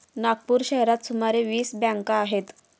नागपूर शहरात सुमारे वीस बँका आहेत